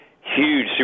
huge